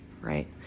right